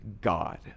God